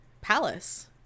palace